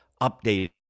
updated